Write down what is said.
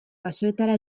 basoetara